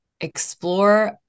explore